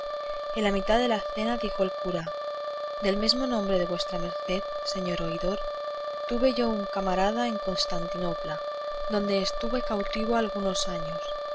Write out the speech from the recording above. en la mitad de la cena dijo el cura del mesmo nombre de vuestra merced señor oidor tuve yo una camarada en costantinopla donde estuve cautivo algunos años